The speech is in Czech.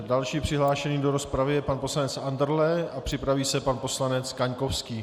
Dalším přihlášeným do rozpravy je pan poslanec Andrle a připraví se pan poslanec Kaňkovský.